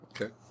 Okay